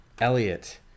elliot